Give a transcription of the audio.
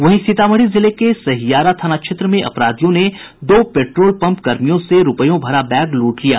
वहीं सीतामढ़ी जिले के सहियारा थाना क्षेत्र में अपराधियों ने दो पेट्रोल पंप कर्मी से रूपये भरा बैग लूट लिया